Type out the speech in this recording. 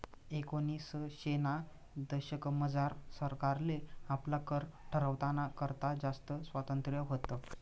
एकोनिसशेना दशकमझार सरकारले आपला कर ठरावाना करता जास्त स्वातंत्र्य व्हतं